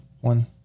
one